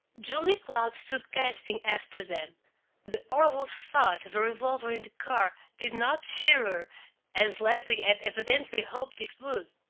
julia cloud stood gasping after them the horrible thought of a revolver in the car did not cheer her as leslie had evidently hoped it would.